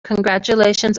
congratulations